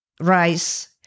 rice